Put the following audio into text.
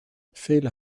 vele